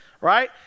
right